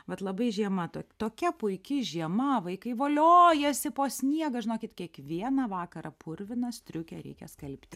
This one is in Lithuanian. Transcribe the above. vat labai žiema tokia puiki žiema o vaikai voliojasi po sniegą žinokit kiekvieną vakarą purviną striukę reikia skalbti